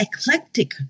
eclectic